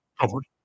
covered